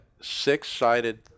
six-sided